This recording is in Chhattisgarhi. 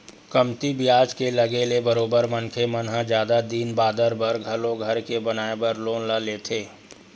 कमती बियाज के लगे ले बरोबर मनखे मन ह जादा दिन बादर बर घलो घर के बनाए बर लोन ल लेथे